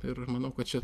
ir manau kad čia